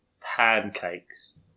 pancakes